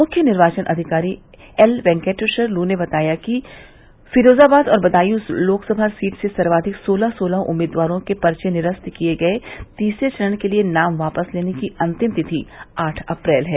मुख्य निर्वाचन अधिकारी एल वेंकटेशर लू ने बताया कि फिरोजाबाद और बदायूं लोकसभा सीट से सर्वोधिक सोलह सोलह उम्मीदवारों के पर्चे निरस्त किये गये तीसरे चरण के लिये नाम वापस लेने की अंतिम तिथि आठ अप्रैल है